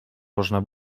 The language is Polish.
można